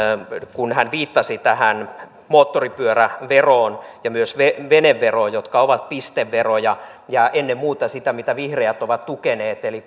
kun hän viittasi tähän moottoripyöräveroon ja myös veneveroon jotka ovat pisteveroja ja ennen muuta sitä mitä vihreät ovat tukeneet eli